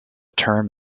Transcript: term